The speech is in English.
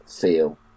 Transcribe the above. feel